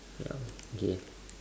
ya okay